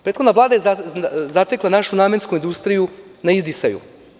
Prethodna Vlada je zatekla našu namensku industriju na izdisaju.